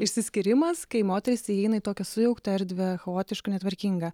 išsiskyrimas kai moteris įeina į tokią sujauktą erdvę chaotišką netvarkingą